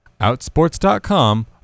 Outsports.com